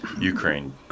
Ukraine